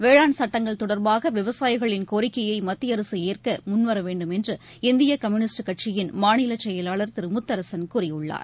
வேளாண் சட்டங்கள் தொடர்பாக விவசாயிகளின் கோரிக்கையை மத்தியஅரசு ஏற்க மத்தியஅரசு முன்வரவேண்டும் என்று இந்திய கம்யூனிஸ்ட் கட்சியின் மாநிலச்செயலாளர் திரு முத்தரசன் கூறியுள்ளார்